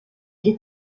che